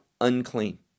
unclean